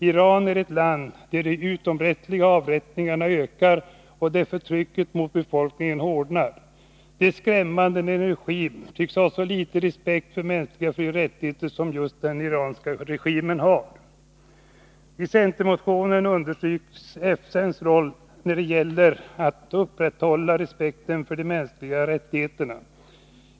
Iran är ett land där de utomrättsliga avrättningarna ökar och där förtrycket mot befolkningen hårdnar. Det är skrämmande när en regim tycks ha så liten respekt för mänskliga frioch rättigheter som den iranska regimen. I centermotionen understryks FN:s roll när det gäller att upprätthålla respekten för de mänskliga rättigheterna.